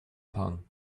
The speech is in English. pan